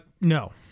No